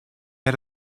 had